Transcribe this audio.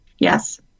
Yes